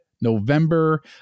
November